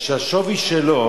שהשווי שלו